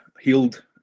healed